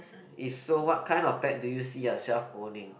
if so what kind of pet do you see yourself owning